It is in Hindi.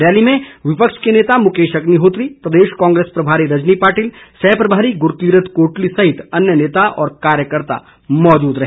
रैली में विपक्ष के नेता मुकेश अग्निहोत्री प्रदेश कांग्रेस प्रभारी रजनी पाटिल सहप्रभारी गुरकीरत कोटली सहित अन्य नेता व कार्यकर्ता मौजूद रहे